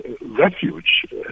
Refuge